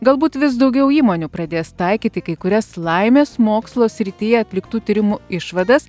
galbūt vis daugiau įmonių pradės taikyti kai kurias laimės mokslo srityje atliktų tyrimų išvadas